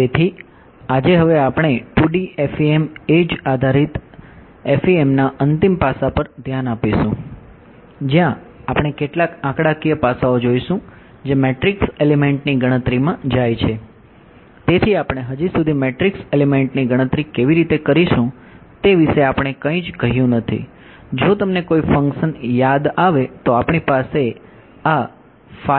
તેથી આજે હવે આપણે 2D FEM એડ્જ યાદ આવે તો આપણી પાસે આ